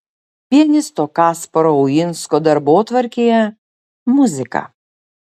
pianisto kasparo uinsko darbotvarkėje muzika